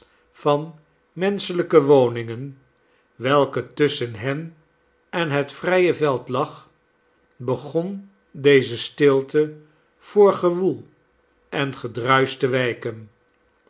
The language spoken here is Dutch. van menschelijke woningen welke tusschen hen en het vrije veld lag begon deze stilte voor gewoel en gedruis te wijken